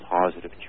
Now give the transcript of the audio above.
positive